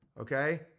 Okay